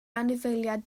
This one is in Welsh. anifeiliaid